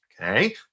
Okay